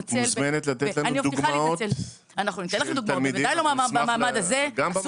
את מוזמנת לתת לנו דוגמאות גם במעמד הזה.